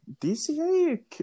DCA